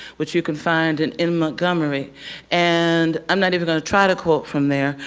which you can find in in montgomery and i'm not even going to try to quote from there,